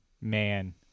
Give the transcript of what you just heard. Man